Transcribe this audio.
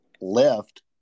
left